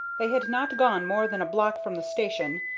they had not gone more than a block from the station,